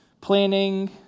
planning